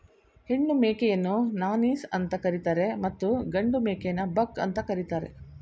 ಹೆಣ್ಣು ಮೇಕೆಯನ್ನು ನಾನೀಸ್ ಅಂತ ಕರಿತರೆ ಮತ್ತು ಗಂಡು ಮೇಕೆನ ಬಕ್ ಅಂತ ಕರಿತಾರೆ